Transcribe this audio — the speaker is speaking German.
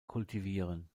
kultivieren